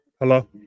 Hello